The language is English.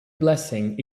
blessing